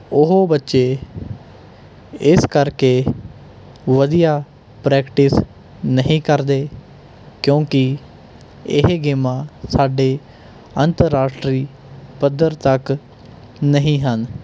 ਉਹ ਬੱਚੇ ਇਸ ਕਰਕੇ ਵਧੀਆ ਪ੍ਰੈਕਟਿਸ ਨਹੀਂ ਕਰਦੇ ਕਿਉਂਕਿ ਇਹ ਗੇਮਾਂ ਸਾਡੇ ਅੰਤਰਰਾਸ਼ਟਰੀ ਪੱਧਰ ਤੱਕ ਨਹੀਂ ਹਨ